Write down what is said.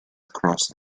across